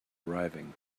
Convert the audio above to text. arriving